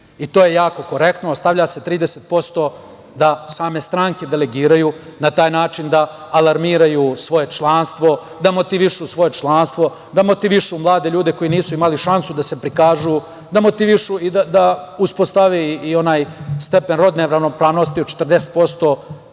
To je jako korektno. Ostavlja se 30% da same stranke delegiraju, na taj način da alarmiraju svoje članstvo, da motivišu svoje članstvo, da motivišu mlade ljude koji nisu imali šansu da se prikažu, da motivišu i da uspostave i onaj stepen rodne ravnopravnosti od 40%